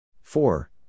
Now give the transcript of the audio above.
Four